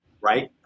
right